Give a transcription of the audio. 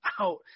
out